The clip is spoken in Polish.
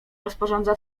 rozporządza